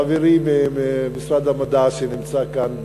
חברי ממשרד המדע שנמצא כאן,